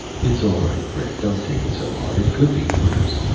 it's all right, fred. don't take it so hard. it could be worse.